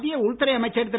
மத்திய உள்துறை அமைச்சர் திரு